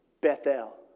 Bethel